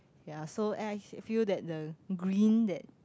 ya so and I feel that the green that